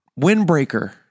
windbreaker